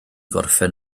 gorffen